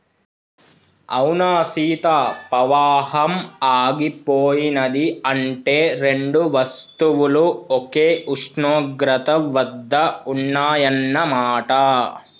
అవునా సీత పవాహం ఆగిపోయినది అంటే రెండు వస్తువులు ఒకే ఉష్ణోగ్రత వద్ద ఉన్నాయన్న మాట